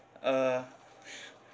uh